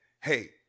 hey